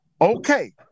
Okay